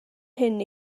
hyn